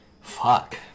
fuck